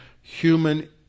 human